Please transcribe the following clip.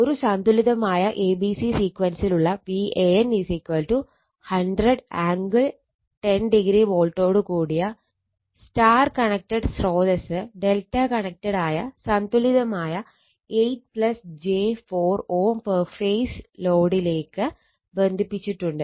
ഒരു സന്തുലിതമായ abc സീക്വൻസിലുള്ള Van 100 ആംഗിൾ 10o വോൾട്ടോട് കൂടിയ Y കണക്റ്റഡ് സ്രോതസ്സ് ∆ കണക്റ്റഡായ സന്തുലിതമായ 8 j 4 Ω പെർ ഫേസ് ലോഡിലേക്ക് ബന്ധിപ്പിച്ചിട്ടുണ്ട്